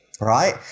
right